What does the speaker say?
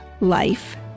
life